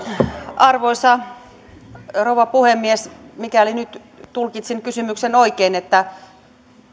arvoisa rouva puhemies mikäli nyt tulkitsin kysymyksen oikein että